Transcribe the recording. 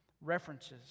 references